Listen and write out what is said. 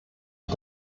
ich